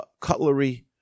cutlery